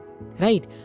Right